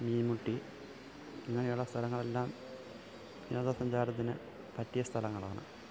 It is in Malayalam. മീൻമുട്ടി അങ്ങനെയുള്ള സ്ഥലങ്ങളെല്ലാം വിനോദ സഞ്ചാരത്തിന് പറ്റിയ സ്ഥലങ്ങളാണ്